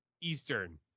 Eastern